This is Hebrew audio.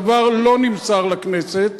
הדבר לא נמסר לכנסת